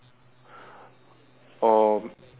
or